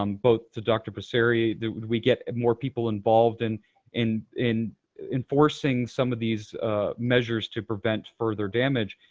um both to dr. passeri, do we get more people involved and in in enforcing some of these measures to prevent further damage,